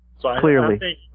clearly